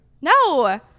No